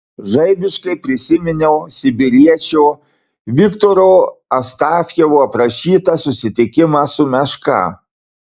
žaibiškai prisiminiau sibiriečio viktoro astafjevo aprašytą susitikimą su meška